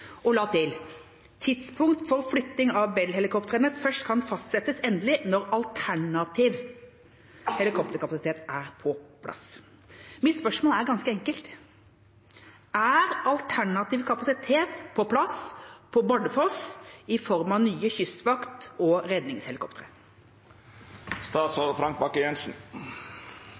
la til at tidspunkt for flytting av Bell-helikoptrene først kan fastsettes endelig når alternativ helikopterkapasitet er på plass. Mitt spørsmål er ganske enkelt: Er alternativ kapasitet på plass på Bardufoss i form av nye kystvakt- og redningshelikoptre?